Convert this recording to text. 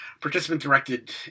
Participant-directed